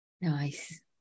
Nice